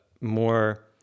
more